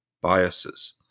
biases